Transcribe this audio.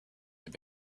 have